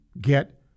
get